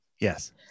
Yes